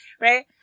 Right